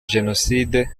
jenoside